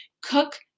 cook